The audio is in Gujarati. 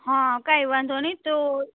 હા કંઈ વાંધો નહીં તો